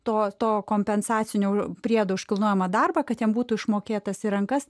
tos to kompensacinio priedo už kilnojamą darbą kad jam būtų išmokėtas į rankas